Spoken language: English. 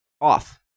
off